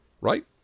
Right